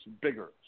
bigger